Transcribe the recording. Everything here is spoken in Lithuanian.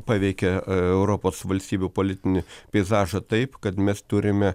paveikė europos valstybių politinį peizažą taip kad mes turime